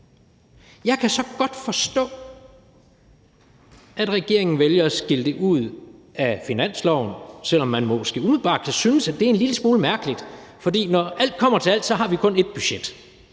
Jeg kan så godt forstå, at regeringen vælger at skille det ud af finansloven, selv om man måske umiddelbart kan synes, at det er en lille smule mærkeligt, for når alt kommer til alt, har vi kun ét budget,